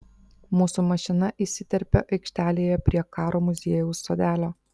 mūsų mašina įsiterpia aikštelėje prie karo muziejaus sodelio